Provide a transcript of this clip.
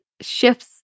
shifts